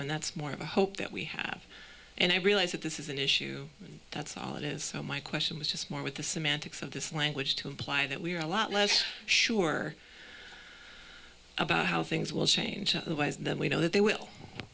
when that's more of a hope that we have and i realize that this is an issue that's all it is so my question was just more with the semantics of this language to imply that we are a lot less sure about how things will change then we know that they